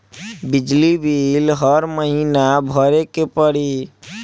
बिजली बिल हर महीना भरे के पड़ी?